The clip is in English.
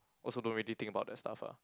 also don't really think about that stuff ah